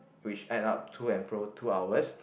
which add up to and fro two hours